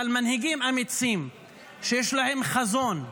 אבל מנהיגים אמיצים שיש להם חזון,